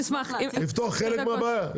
זה יפתור חלק מהבעיה?